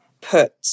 put